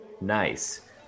Nice